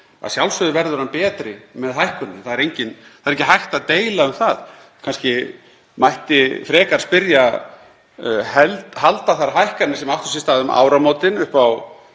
Að sjálfsögðu verður hann betri með hækkuninni. Það er ekki hægt að deila um það. Kannski mætti frekar spyrja: Halda þær hækkanir sem áttu sér stað um áramótin, upp á